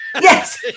Yes